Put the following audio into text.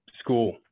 school